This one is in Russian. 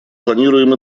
планируем